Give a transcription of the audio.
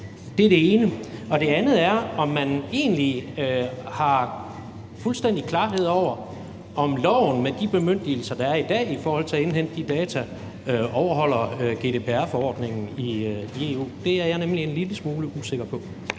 Det er det ene. Og det andet er, om man egentlig har fuldstændig klarhed over, om loven med de bemyndigelser, der er i dag i forhold til at indhente de data, overholder GDPR-forordningen i EU. Det er jeg nemlig en lille smule usikker på.